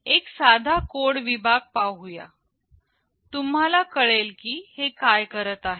एक साधा कोड विभाग पाहूया तुम्हाला कळेल की हे काय करत आहे